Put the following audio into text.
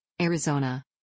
Arizona